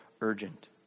urgent